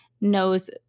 knows –